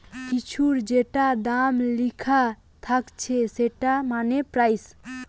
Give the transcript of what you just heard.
কিছুর যেটা দাম লিখা থাকছে সেটা মানে প্রাইস